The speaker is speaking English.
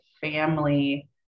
family